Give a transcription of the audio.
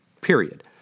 period